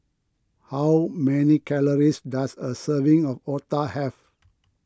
how many calories does a serving of Otah have